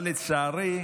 אבל לצערי,